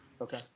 Okay